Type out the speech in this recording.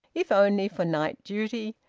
if only for night duty,